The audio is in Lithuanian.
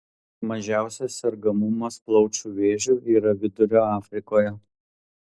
mažiausias sergamumas plaučių vėžiu yra vidurio afrikoje